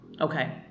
Okay